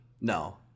no